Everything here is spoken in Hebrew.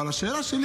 אבל השאלה שלי